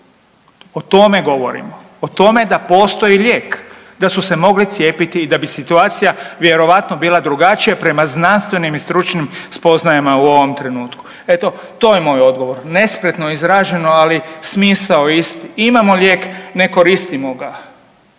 O tome govorimo, o tome da postoji lijek. Da su se mogle cijepiti i da bi situacija vjerojatno bila drugačija prema znanstvenim i stručnim spoznajama u ovom trenutku. Eto, to je moj odgovor. Nespretno izraženo, ali smisao je isti. Imamo lijek, ne koristimo ga.